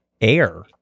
air